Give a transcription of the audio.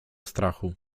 strachu